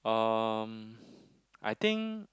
um I think